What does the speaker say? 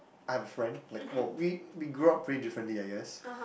I have a friend like !wow! we we grow up pretty differently I guess